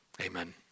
amen